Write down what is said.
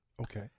Okay